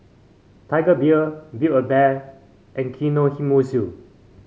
Tiger Beer Build A Bear and Kinohimitsu